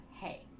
hey